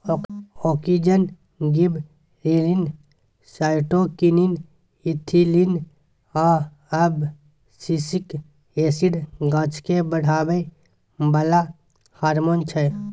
auxin, gibberellin, cytokinin, ethylene आ abscisic acid गाछकेँ बढ़ाबै बला हारमोन छै